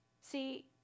see